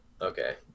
okay